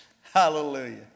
Hallelujah